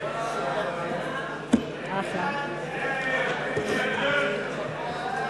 קביעת הזמן (תיקון מס' 3),